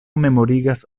memorigas